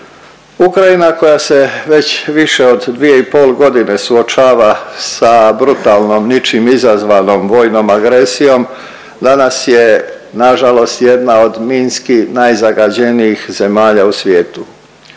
Ukrajina koja se već više od 2 i pol godine suočava sa brutalnom ničim izazvanom vojnom agresijom danas je nažalost jedna od minski najzagađenijih zemalja u svijetu.